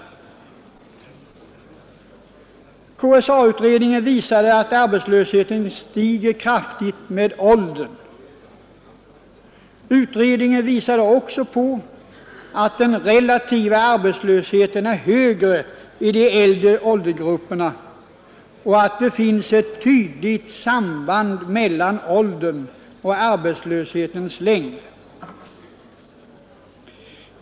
29 maj 1973 KSA-utredningen visade att arbetslösheten stiger kraftigt med åldern, Utredningen visade också att den relativa arbetslösheten är högre i de Avgifter till försäkäldre åldersgrupperna och att det finns ett tydligt samband mellan åldern = ”ingen för tilläggsoch arbetslöshetens längd.